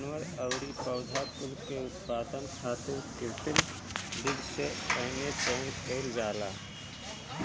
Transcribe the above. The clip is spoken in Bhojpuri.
जानवर अउरी पौधा कुल के उत्पादन खातिर कृत्रिम विधि से एमे चयन कईल जाला